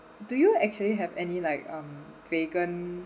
do you actually have any like um vegan